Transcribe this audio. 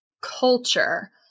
culture